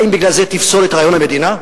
האם בגלל זה תפסול את רעיון המדינה?